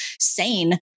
sane